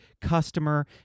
customer